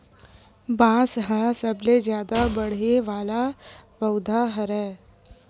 बांस ह सबले जादा बाड़हे वाला पउधा हरय